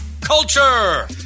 Culture